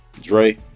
Dre